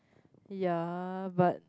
ya but